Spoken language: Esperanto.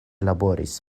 laboris